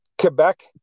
Quebec